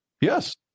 Yes